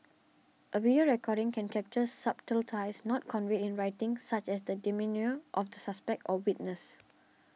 a video recording can capture subtleties not conveyed in writing such as the demeanour of the suspect or witness